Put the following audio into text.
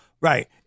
right